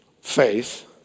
faith